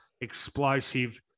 Explosive